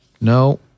No